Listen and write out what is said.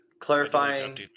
clarifying